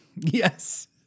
Yes